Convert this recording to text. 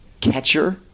catcher